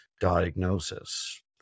diagnosis